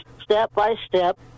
step-by-step